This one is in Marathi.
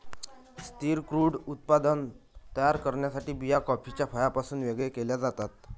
स्थिर क्रूड उत्पादन तयार करण्यासाठी बिया कॉफीच्या फळापासून वेगळे केल्या जातात